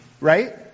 right